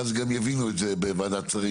ואז גם יבינו את זה בוועדת שרים,